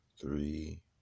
three